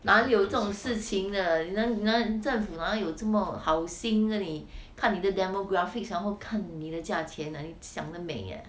哪里有这种事情的哪哪政府哪里有这么好心跟你看你的 demographics 然后看你的价钱的价钱 uh 你想得没 uh